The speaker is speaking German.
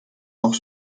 auch